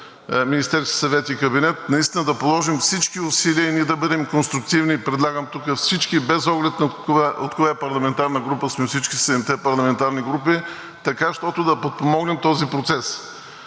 Министерски съвет и кабинет, наистина да положим всички усилия да бъдем конструктивни. Предлагам тук всички, без оглед от коя парламентарна група сме, седемте парламентарни групи, така щото да подпомогнем този процес.